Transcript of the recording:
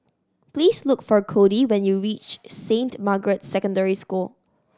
please look for Codey when you reach Saint Margaret Secondary School